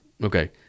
Okay